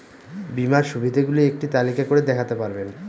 বীমার সুবিধে গুলি একটি তালিকা করে দেখাতে পারবেন?